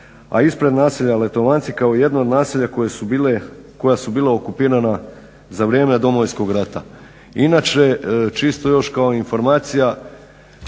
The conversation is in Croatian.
a ispred naselja Letovanci kao jedno od naselja koje su bila okupirana za vrijeme Domovinskog rata. Inače čisto još kao informacija